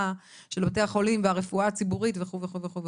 של בתי החולים והרפואה הציבורית וכו' וכו',